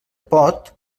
pot